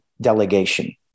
delegation